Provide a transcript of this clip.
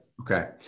Okay